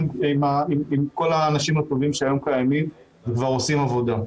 כל האנשים הטובים שהיום קיימים וכבר עושים עבודה.